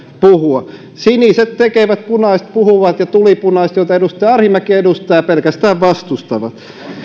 puhua siniset tekevät punaiset puhuvat ja tulipunaiset joita edustaja arhinmäki edustaa pelkästään vastustavat